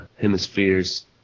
Hemispheres